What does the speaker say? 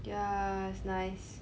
yeah it's nice